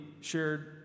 shared